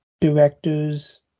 directors